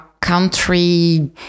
country